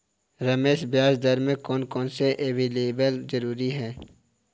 रमेश ब्याज दर में कौन कौन से वेरिएबल जरूरी होते हैं?